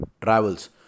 travels